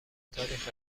تاریخ